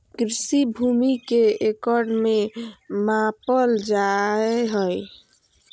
कृषि भूमि के एकड़ में मापल जाय हइ